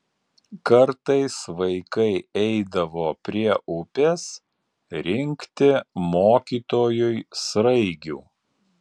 kartais vaikai eidavo prie upės rinkti mokytojui sraigių